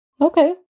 Okay